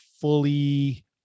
fully